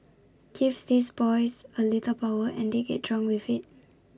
give these boys A little power and they get drunk with IT